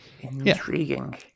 Intriguing